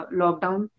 lockdown